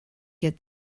get